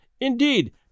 Indeed